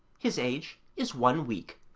his age is one week,